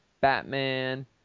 Batman